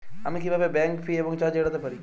আমি কিভাবে bank fee এবং চার্জ এড়াতে পারি?